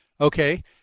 Okay